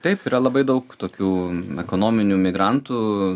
taip yra labai daug tokių ekonominių migrantų